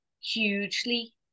hugely